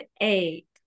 eight